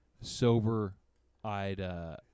sober-eyed